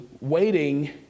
waiting